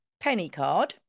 Pennycard